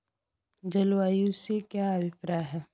जलवायु से क्या अभिप्राय है?